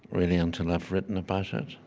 really, until i've written about it.